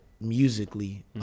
musically